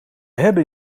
hebben